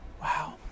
Wow